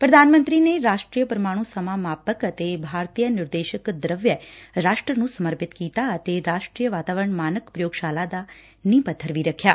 ਪ੍ਰਧਾਨ ਮੰਤਰੀ ਨੇ ਰਾਸ਼ਟਰੀ ਪ੍ਰਮਾਣ ਸਮਾਂ ਮਾਪਕ ਅਤੇ ਭਾਰਤੀਯ ਨਿਰਦੇਸ਼ਕ ਦੂਵੈਯ ਰਾਸ਼ਟਰ ਨੂੰ ਸਮਰਪਿਤ ਕੀਤਾ ਅਤੇ ਰਾਸਟਰੀ ਵਾਤਾਵਰਨ ਮਾਨਕ ਪੁਯੋਗਸਾਲਾ ਦਾ ਨੀਹ ਪੱਬਰ ਵੀ ਰੱਖਿਆ